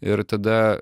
ir tada